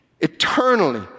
Eternally